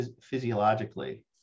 physiologically